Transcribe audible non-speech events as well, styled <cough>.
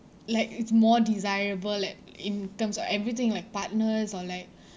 like it's more desirable like in terms of everything like partners or like <breath>